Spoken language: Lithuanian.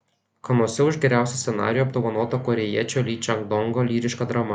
kanuose už geriausią scenarijų apdovanota korėjiečio ly čang dongo lyriška drama